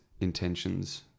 intentions